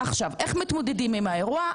איך מתמודדים עם האירוע?